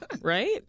Right